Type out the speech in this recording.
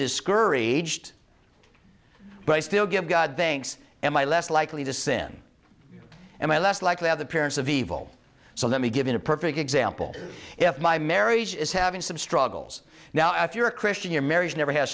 discouraged but i still give god thanks and my less likely to sin and i less likely have the parents of evil so let me give you a perfect example if my marriage is having some struggles now if you're a christian your marriage never has